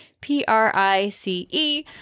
P-R-I-C-E